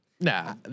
Nah